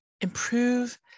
improve